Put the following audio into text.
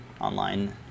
online